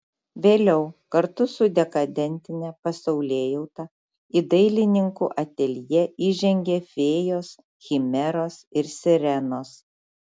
vėliau kartu su dekadentine pasaulėjauta į dailininkų ateljė įžengė fėjos chimeros ir sirenos